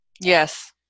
Yes